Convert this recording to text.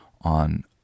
on